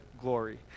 glory